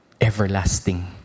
Everlasting